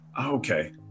Okay